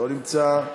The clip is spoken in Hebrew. לא נמצא,